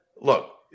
Look